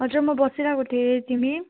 हजुर म बसिरहेको थिएँ तिमी